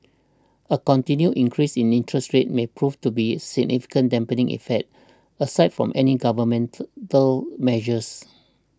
a continued increase in interest rates may prove to be of significant dampening effect aside from any governmental though measures